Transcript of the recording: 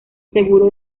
seguro